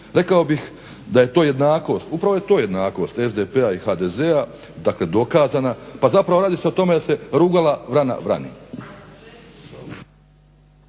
rekao bih da je to jednakost. Upravo je to jednakost SDP-a i HDZ-a, dakle dokazana. Pa zapravo radi se o tome da se rugala vrana vrani.